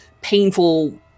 painful